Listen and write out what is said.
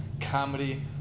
comedy-